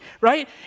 right